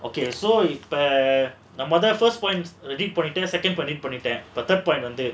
okay so err இப்போ நா மொத:ippo naa motha first point read பண்ணிட்டேன்:pannittaen second read பண்ணிட்டேன்:pannittaen third point